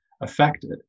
affected